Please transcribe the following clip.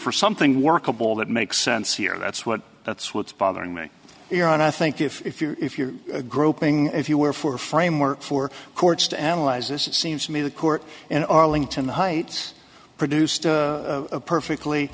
for something workable that makes sense here that's what that's what's bothering me here and i think if you're if you're groping if you were for a framework for courts to analyze this it seems to me the court in arlington heights produced a perfectly